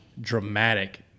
dramatic